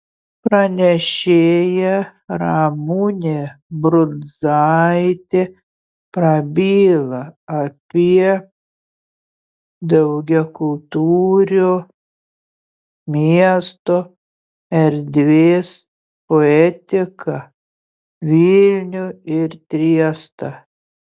pranešėja ramunė brunzaitė prabyla apie daugiakultūrio miesto erdvės poetiką vilnių ir triestą